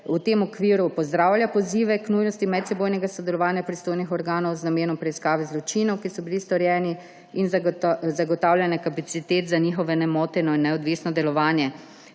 V tem okviru pozdravlja pozive k nujnosti medsebojnega sodelovanja pristojnih organov z namenom preiskave zločinov, ki so bili storjeni, in zagotavljanja kapacitet za njihovo nemoteno in neodvisno delovanje.